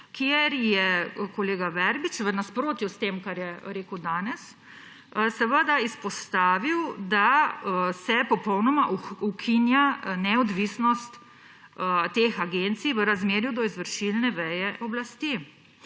kjer je kolega Verbič v nasprotju s tem, kar je rekel danes, izpostavil, da se popolnoma ukinja neodvisnost teh agencij v razmerju do izvršilne veje oblasti